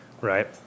Right